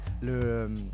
le